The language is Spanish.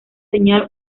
señal